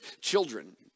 children